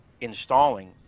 installing